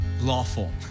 lawful